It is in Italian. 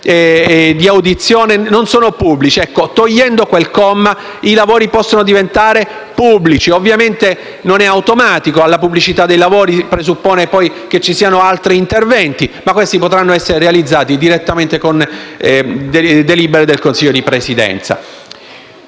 di audizione non siano pubblici: ecco, sopprimendo quel comma del Regolamento, i lavori possono diventare pubblici. Ovviamente, ciò non è automatico e la pubblicità dei lavori presuppone che vi siano poi altri interventi, ma questi potranno essere realizzati direttamente con delibera del Consiglio di Presidenza.